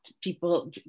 people